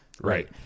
Right